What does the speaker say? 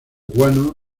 guano